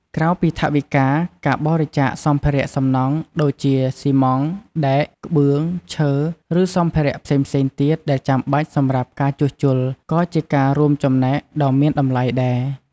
ក្រៅពីថវិកា ការបរិច្ចាគសម្ភារៈសំណង់ ដូចជា ស៊ីម៉ងត៍ ដែក ក្បឿង ឈើ ឬសម្ភារៈផ្សេងៗទៀតដែលចាំបាច់សម្រាប់ការជួសជុល ក៏ជាការរួមចំណែកដ៏មានតម្លៃដែរ។